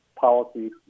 policies